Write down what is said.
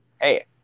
hey